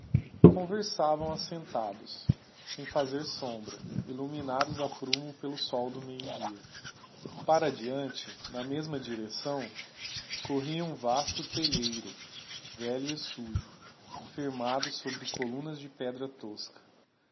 conversavam assentados sem fazer sombra illuminados a prumo pelo sol do meio-dia para adeante na mesma direcção corria um vasto telheiro velho e sujo firmado sobre columnas de pedra tosca